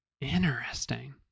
Interesting